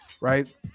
right